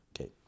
Okay